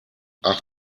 ach